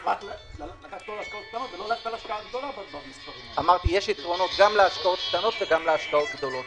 יש יתרונות להשקעות קטנות ולהשקעות גדולות.